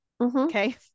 okay